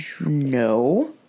no